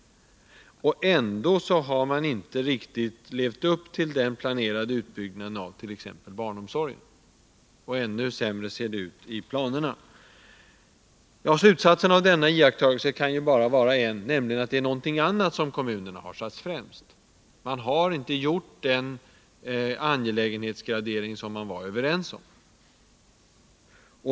Ändå har man inte riktigt levt upp till den planerade utbyggnaden avt.ex. barnomsorgen. Ännu sämre ser det ut i planerna för de närmaste åren. Slutsatserna av denna iakttagelse kan bara vara en, nämligen att det är någonting annat som kommunerna har satt främst. De har inte gjort den angelägenhetsgradering som man var överens om.